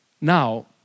Now